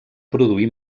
produir